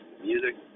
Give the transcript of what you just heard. music